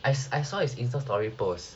I saw I saw his insta story posts